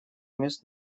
мест